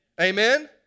Amen